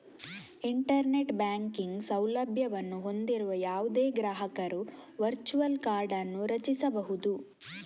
internet banking ಸೌಲಭ್ಯವನ್ನು ಹೊಂದಿರುವ ಯಾವುದೇ ಗ್ರಾಹಕರು ವರ್ಚುವಲ್ ಕಾರ್ಡ್ ಅನ್ನು ರಚಿಸಬಹುದು